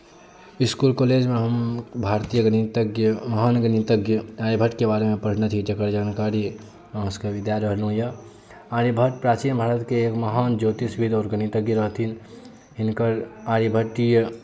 school कॉलेजमे हम भरतीय गणितज्ञ महान गणितज्ञ आर्यभट्टके बारेमे पढ़ने रही जकर जानकारी अहाँसभकेँ दए रहलहुँ यए आर्यभट्ट प्राचीन भारतके महान ज्योतिषविद्य आओर गणितज्ञ रहथिन हिनकर आर्यभट्टीय